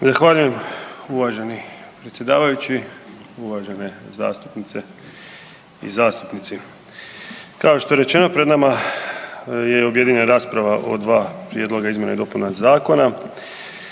Zahvaljujem uvaženi predsjedavajući, uvažene zastupnice i zastupnici. Kao što je rečeno, pred nama je objedinjena rasprava o dva prijedloga izmjena i dopuna zakona.